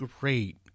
great